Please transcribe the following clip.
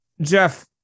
Jeff